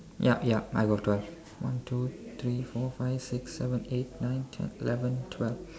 ya ya I got twelve one two three four five six seven eight nine ten eleven twelve